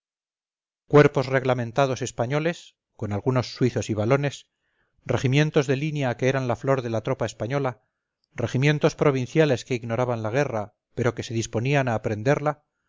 cuerpos reglamentados españoles con algunos suizos y walones regimientosde línea que eran la flor de la tropa española regimientos provinciales que ignoraban la guerra pero que se disponían a aprenderla